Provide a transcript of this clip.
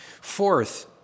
Fourth